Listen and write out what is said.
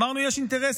אמרנו: יש אינטרס.